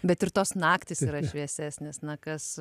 bet ir tos naktys yra šviesesnės na kas